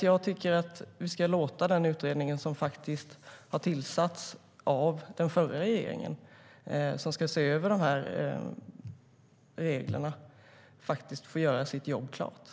Jag tycker att vi ska låta den utredning som faktiskt har tillsatts av den förra regeringen, och som ska se över reglerna, få göra sitt jobb klart.